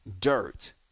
dirt